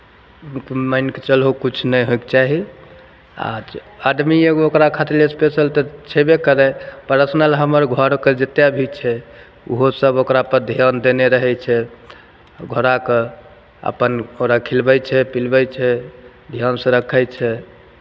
मानि कऽ चलहो किछु नहि होयके चाही आ आदमी एगो ओकरा खातिर लए इसपेशल तऽ छयबे करै पर्सनल हमर घरके जतेक भी छै ओहोसभ ओकरापर धियान देने रहै छै घोड़ाके अपन ओकरा खिलबै छै पिलबै छै धियानसँ रखै छै